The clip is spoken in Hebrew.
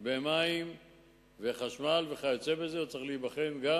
במים וחשמל וכיוצא בזה, הוא צריך להיבחן גם